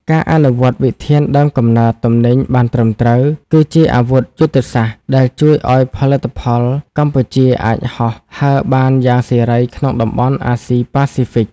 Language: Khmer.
ការអនុវត្តវិធានដើមកំណើតទំនិញបានត្រឹមត្រូវ គឺជាអាវុធយុទ្ធសាស្ត្រដែលជួយឱ្យផលិតផលកម្ពុជាអាចហោះហើរបានយ៉ាងសេរីក្នុងតំបន់អាស៊ីប៉ាស៊ីហ្វិក។